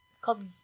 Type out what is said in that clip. called